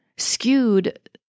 skewed